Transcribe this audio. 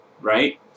right